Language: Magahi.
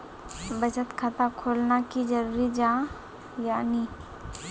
बचत खाता खोलना की जरूरी जाहा या नी?